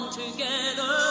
together